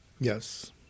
Yes